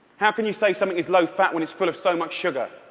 how can you say something is low-fat when it's full of so much sugar?